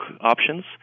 options